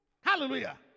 Hallelujah